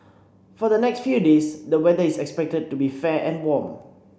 for the next few days the weather is expected to be fair and warm